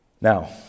Now